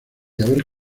haber